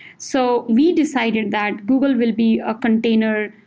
so we decided that google will be a container,